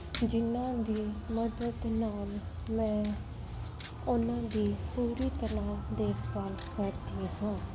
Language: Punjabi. ਜਿਹਨਾਂ ਦੀ ਮਦਦ ਨਾਲ ਮੈਂ ਉਹਨਾਂ ਦੀ ਪੂਰੀ ਤਰ੍ਹਾਂ ਦੇਖਭਾਲ ਕਰਦੀ ਹਾਂ